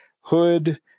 Hood